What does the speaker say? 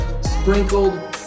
sprinkled